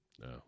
No